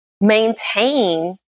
maintain